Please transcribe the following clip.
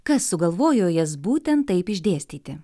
kas sugalvojo jas būtent taip išdėstyti